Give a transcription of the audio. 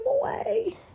away